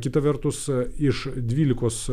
kita vertus iš dvylikos